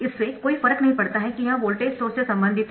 इससे कोई फर्क नहीं पड़ता कि यह वोल्टेज सोर्स से संबंधित है